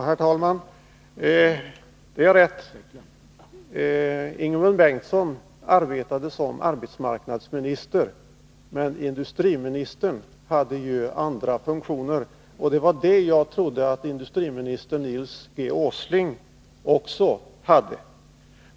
Herr talman! Ingemund Bengtsson arbetade som arbetsmarknadsminister, men den dåvarande industriministern hade ju andra funktioner. Det var det jag trodde att industriministern Nils G. Åsling också hade.